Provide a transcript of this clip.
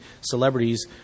celebrities